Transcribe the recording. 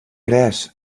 pres